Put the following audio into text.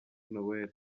noël